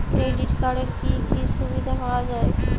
Credit কার্ডের কি কি সুবিধা পাওয়া যায়?